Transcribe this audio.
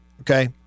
okay